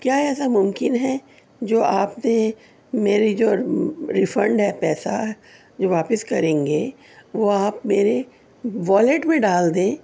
کیا ایسا ممکن ہے جو آپ نے میری جو ریفنڈ ہے پیسہ جو واپس کریں گے وہ آپ میرے والیٹ میں ڈال دیں